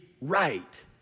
right